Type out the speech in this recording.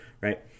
right